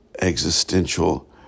existential